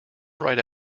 write